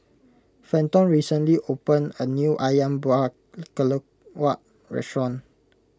Fenton recently opened a new Ayam Buah Keluak Restaurant